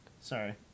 Sorry